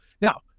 Now